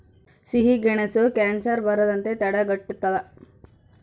ಸಿಹಿಗೆಣಸು ಕ್ಯಾನ್ಸರ್ ಬರದಂತೆ ತಡೆಗಟ್ಟುತದ